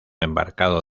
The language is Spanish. embarcado